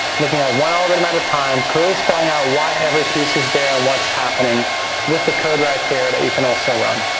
looking at one algorithm at a time, clearly spelling out why every piece is there, and what's happening with the code right there that you can also run.